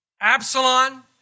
Absalom